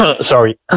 Sorry